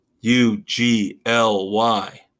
U-G-L-Y